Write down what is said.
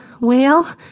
Well